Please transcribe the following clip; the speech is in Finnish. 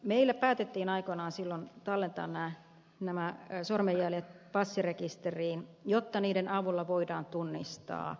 meillä päätettiin silloin aikoinaan tallentaa nämä sormenjäljet passirekisteriin jotta niiden avulla voidaan tunnistaa vainajia